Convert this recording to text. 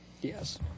Yes